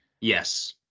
yes